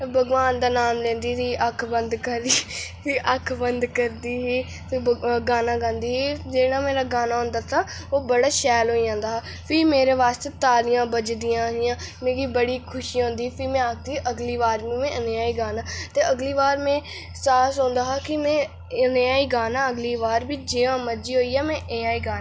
भगवान दा नाम लैंदी ही अक्खां बंद करी फ्ही अक्ख बंद करदी ही ते गाना गांदी ही जेह्ड़ा मेरा गाना होंदा हा ओह् बड़ा शैल होई जंदा हा फ्ही मेरे ैस्ते तालियां बजदी हियां मिगी बड़ी खुशी होंदी ही फी में आखदी ही अगली बार बी में नेहा ही गाना ते अगली बार में साहस औंदा हा कि में नेहा ही गाना अगली बार बी जियां मर्जी होई जा में इयां ही गाना